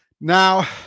Now